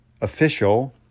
official